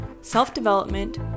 self-development